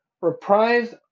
reprise